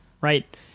right